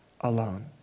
alone